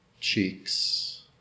cheeks